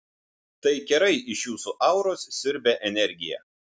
tai kerai iš jūsų auros siurbia energiją